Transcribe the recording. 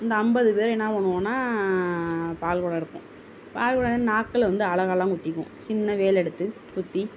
அந்த ஐம்பது பேரும் என்ன பண்ணுவோம்னா பால்குடம் எடுப்போம் பால்குடம் நாக்கில் வந்து அலகெல்லாம் குத்திக்குவோம் சின்ன வேலை எடுத்து குத்தி